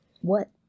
What-